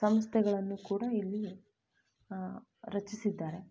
ಸಂಸ್ಥೆಗಳನ್ನು ಕೂಡ ಇಲ್ಲಿ ರಚಿಸಿದ್ದಾರೆ